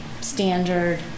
standard